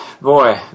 boy